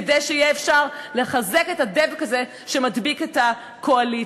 כדי שיהיה אפשר לחזק את הדבק הזה שמדביק את הקואליציה.